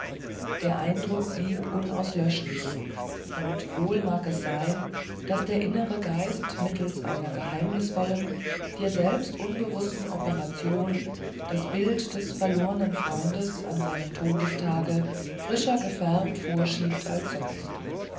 der eindruck blieb unauslöschlich und wohl mag es sein daß der innere geist mittelst einer geheimnisvollen dir selbst unbewußten operation das bild des verlornen freundes an seinem todestage frischer gefärbt vorschiebt als sonst